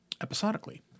episodically